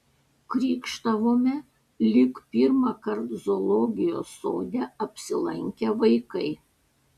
krykštavome lyg pirmąkart zoologijos sode apsilankę vaikai